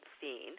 seen